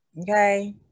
Okay